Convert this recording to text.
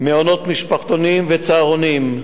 מעונות, משפחתונים וצהרונים,